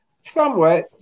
Somewhat